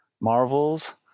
marvels